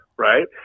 right